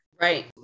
Right